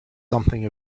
something